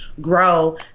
grow